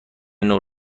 نور